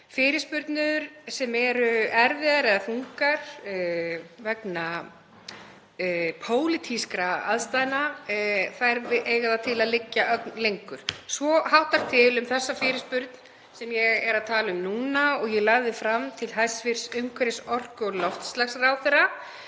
Fyrirspurnir sem eru erfiðar eða þungar vegna pólitískra aðstæðna eiga það til að liggja ögn lengur. Svo háttar til um þessa fyrirspurn sem ég er að tala um núna og ég lagði fram til hæstv. umhverfis-, orku- og loftslagsráðherra